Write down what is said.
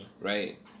Right